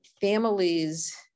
families